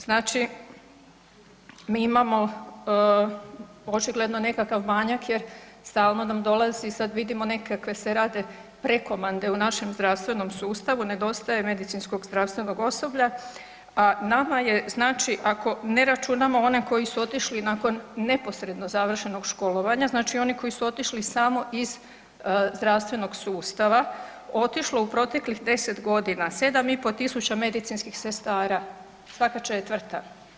Znači mi imamo očigledno nekakav manjak jer nam stalno nam dolazi, sad vidimo nekakve se rade prekomande u našem zdravstvenom sustavu, nedostaje medicinskog zdravstvenog osoblja a nama je znači ako ne računamo one koji su otišli nakon nesporednih završenog školovanja, znači oni koji su otišli samo iz zdravstvenog sustav, otišlo u proteklih 10 g. 7500 medicinskih sestara, svaka četvrta.